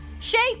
Shape